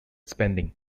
spending